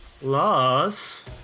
plus